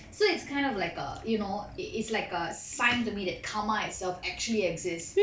so it's kind of like err you know it it's like a sign to me that karma itself actually exist